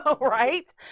Right